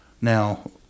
Now